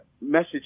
message